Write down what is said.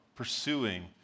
pursuing